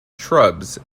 shrubs